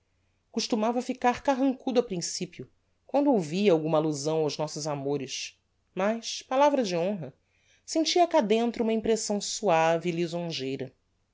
costumava ficar carrancudo a principio quando ouvia alguma allusão aos nossos amores mas palavra de honra sentia cá dentro uma impressão suave